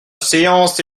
séance